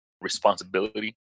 responsibility